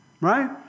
Right